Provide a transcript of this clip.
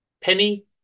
Penny